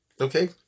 okay